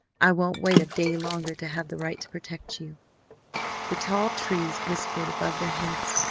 i won't wait a day longer to have the right to protect you the tall trees whispered above their heads,